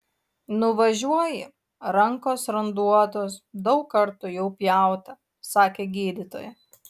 nuvažiuoji rankos randuotos daug kartų jau pjauta sakė gydytoja